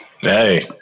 Hey